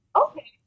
okay